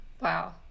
Wow